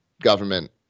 government